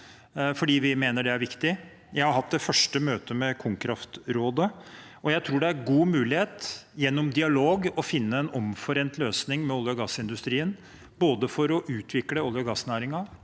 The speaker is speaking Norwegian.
fordi vi mener det er viktig. Jeg har hatt det første møtet med Konkraft-rådet, og jeg tror det er god mulighet gjennom dialog til å finne en omforent løsning med olje- og gassindustrien for både å utvikle olje- og gassnæringen,